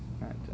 Right